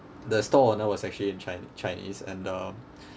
the stall owner was actually in chi~ chinese and uh